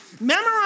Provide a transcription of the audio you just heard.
Memorize